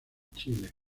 chile